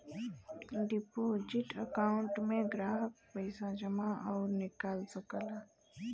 deposit account में ग्राहक पइसा जमा आउर निकाल सकला